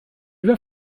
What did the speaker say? vas